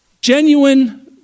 Genuine